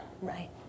Right